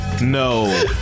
No